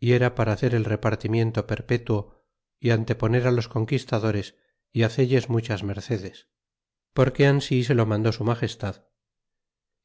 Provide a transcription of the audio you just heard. y era para hacer el repartimiento perpetuo y anteponer los conquistadores y hacelles muchas mercedes porque ansi se lo mandó su magestad